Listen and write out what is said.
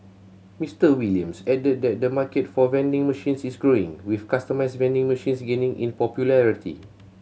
Mister Williams added that the market for vending machines is growing with customised vending machines gaining in popularity